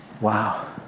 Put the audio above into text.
Wow